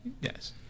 yes